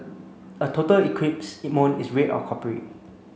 a total eclipse moon is red or coppery